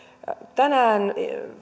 tänään